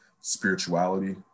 spirituality